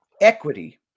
equity